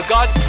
God